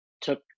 took